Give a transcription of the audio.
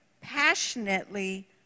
passionately